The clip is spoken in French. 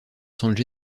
sentent